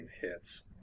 hits